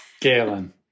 Galen